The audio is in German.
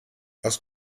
was